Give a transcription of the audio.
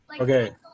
Okay